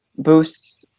boosts